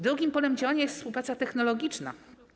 Drugim polem działania jest współpraca technologiczna.